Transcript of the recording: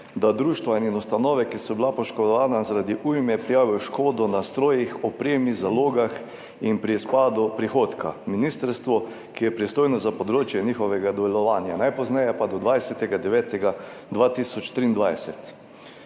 da društva in ustanove, ki so bili poškodovani zaradi ujme, prijavijo škodo na strojih, opremi, zalogah in pri izpadu prihodka ministrstvu, ki je pristojno za področje njihovega delovanja, najpozneje pa do 20. 9. 2023.